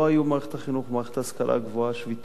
במערכת החינוך ובמערכת ההשכלה הגבוהה שביתות,